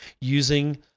using